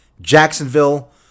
Jacksonville